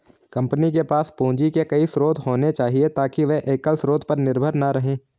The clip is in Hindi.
कंपनी के पास पूंजी के कई स्रोत होने चाहिए ताकि वे एकल स्रोत पर निर्भर न रहें